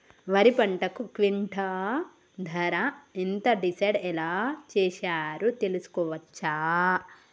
వరి పంటకు క్వింటా ధర ఎంత డిసైడ్ ఎలా చేశారు తెలుసుకోవచ్చా?